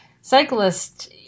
cyclists